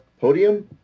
podium